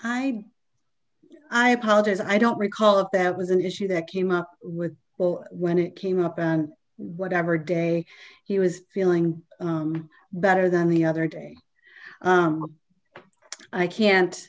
i i apologize i don't recall if that was an issue that came up with well when it came up and whatever day he was feeling better than the other day i can't